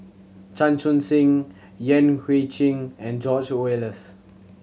Chan Chun Sing Yan Hui Chang and George Oehlers